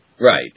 Right